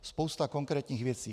Spousta konkrétních věcí.